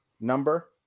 number